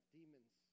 demons